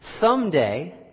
someday